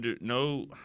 no